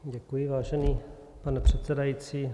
Děkuji, vážený pane předsedající.